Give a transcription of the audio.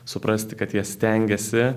suprasti kad jie stengiasi